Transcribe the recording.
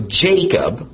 Jacob